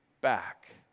back